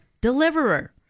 Deliverer